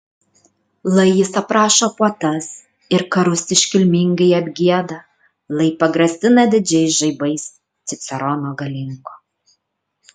lai jis aprašo puotas ir karus iškilmingai apgieda lai pagrasina didžiais žaibais cicerono galingo